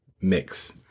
mix